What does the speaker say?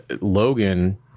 Logan